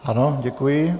Ano, děkuji.